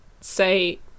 say